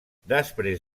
després